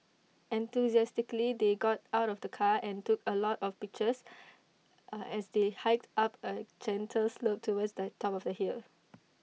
enthusiastically they got out of the car and took A lot of pictures as they hiked up A gentle slope towards the top of the hill